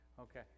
Okay